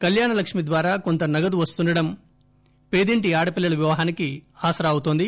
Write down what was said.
కల్యాణలక్ష్మి ద్వారా కొంత నగదు వస్తుండటం పేదింటి ఆడపిల్లల వివాహానికి ఆసరా అవుతోంది